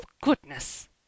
goodness